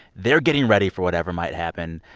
they're getting ready for whatever might happen.